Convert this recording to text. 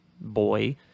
boy